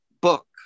book